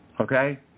okay